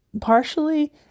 Partially